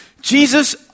Jesus